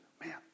Man